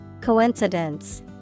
Coincidence